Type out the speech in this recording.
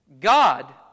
God